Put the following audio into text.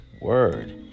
word